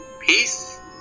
Peace